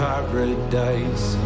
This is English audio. Paradise